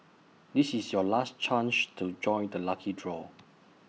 this is your last chance to join the lucky draw